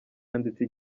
yanditse